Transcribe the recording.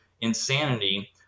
insanity